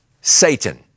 Satan